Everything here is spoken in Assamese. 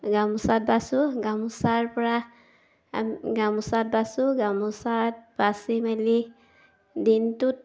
গামোচাত বাছোঁ গামোচাৰ পৰা গামোচাত বাছোঁ গামোচাত বাচি মেলি দিনটোত